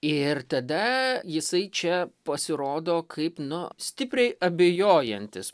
ir tada jisai čia pasirodo kaip nu stipriai abejojantis